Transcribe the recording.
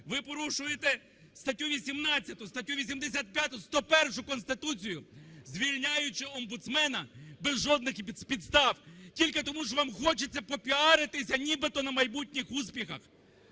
Ви порушуєте статтю 18, статтю 85, 101 Конституції, звільняючи омбудсмена без жодних підстав тільки тому, що вам хочеться попіаритися нібито на майбутніх успіхах.